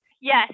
Yes